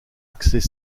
accès